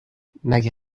مگه